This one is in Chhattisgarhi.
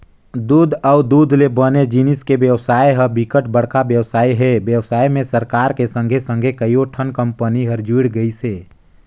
दूद अउ दूद ले बने जिनिस के बेवसाय ह बिकट बड़का बेवसाय हे, बेवसाय में सरकार के संघे संघे कयोठन कंपनी हर जुड़ गइसे